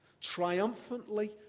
Triumphantly